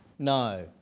No